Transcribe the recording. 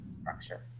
structure